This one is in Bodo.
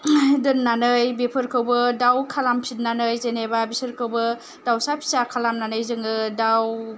दोननानै बेफोरखौबो दाउ खालामफिननानै जेनेबा बिसोरखौबो दाउसा फिसा खालामनानै जोङो दाउ